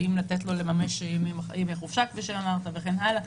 האם לתת לו לממש ימי חופשה כפי שאמרת וכן הלאה.